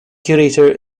curator